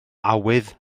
awydd